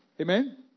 Amen